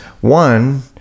one